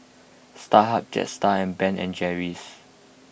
Starhub Jetstar and Ben and Jerry's